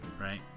right